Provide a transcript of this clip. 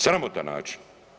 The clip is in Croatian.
Sramotan način.